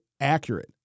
accurate